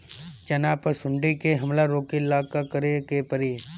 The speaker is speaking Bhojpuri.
चना पर सुंडी के हमला रोके ला का करे के परी?